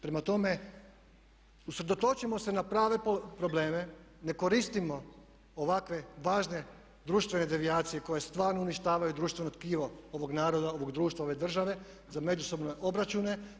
Prema tome, usredotočimo se na prave probleme, ne koristimo ovakve važne društvene devijacije koje stvarno uništavaju društveno tkivo ovog naroda, ovog društva, ove države za međusobne obračune.